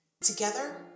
Together